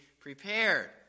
prepared